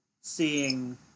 seeing